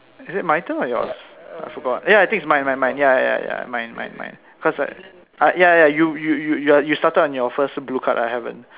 is it my turn or yours I forgot ya I think it's mine mine mine ya ya ya mine mine mine mine cause ah ya ya you you you you're you started on your first blue card I haven't